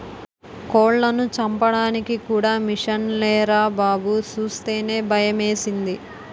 కోళ్లను చంపడానికి కూడా మిసన్లేరా బాబూ సూస్తేనే భయమేసింది